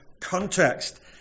context